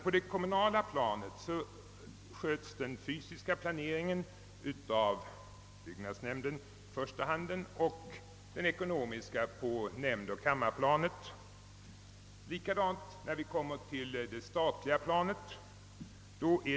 På det kommunala planet sköts den fysiska planeringen av byggnadsnämnden medan den ekonomiska lig ger på nämndoch kammarplanet. Det är åtskilt även på det statliga området.